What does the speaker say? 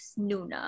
NUNA